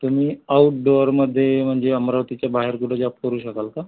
तुम्हा आउटडोअरमध्ये म्हणजे अमरावतीच्या बाहेर कुठं जॉब करू शकाल का